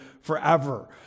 forever